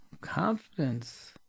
confidence